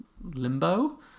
limbo